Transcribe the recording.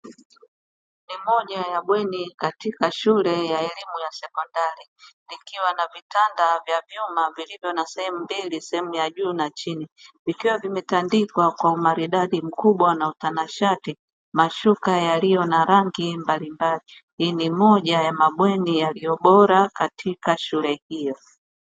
Ni moja ya bweni katika shule ya elimu ya sekondari, likiwa na vitanda vya vyuma vilivyo na sehemu mbili; sehemu ya juu na chini, vikiwa vimetandikwa kwa umaridadi mkubwa na utanashati mashuka yaliyo na rangi mbalimbali. Hii ni moja ya mabweni yaliyo bora katika shule hiyo.